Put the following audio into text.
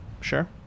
Sure